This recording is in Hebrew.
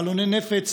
בלוני נפץ,